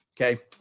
Okay